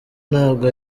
ntabwo